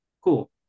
Cool